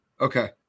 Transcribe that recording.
Okay